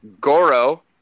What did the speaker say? Goro